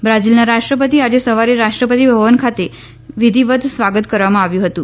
બ્રાઝીલના રાષ્ટ્રપતિનું આજે સવારે રાષ્ટ્રપત ભવન ખાતે વિધિવત સ્વાગત કરવામાં આવ્યું હતું